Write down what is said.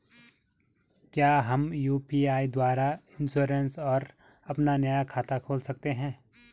क्या हम यु.पी.आई द्वारा इन्श्योरेंस और अपना नया खाता खोल सकते हैं?